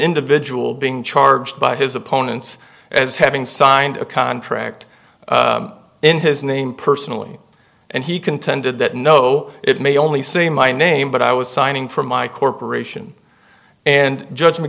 individual being charged by his opponent as having signed a contract in his name personally and he contended that no it may only say my name but i was signing for my corporation and judgment